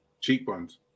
cheekbones